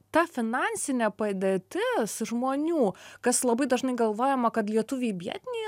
ta finansinė padėtis žmonių kas labai dažnai galvojama kad lietuviai vietiniai